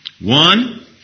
One